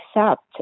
accept